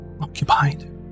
occupied